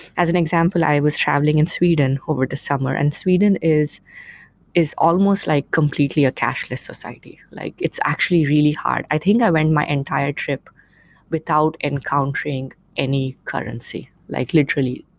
as an example, i was traveling in sweden over the summer, and sweden is is almost like completely a cashless society. like it's actually really hard. i think i went my entire trip without encountering any currency, like literally.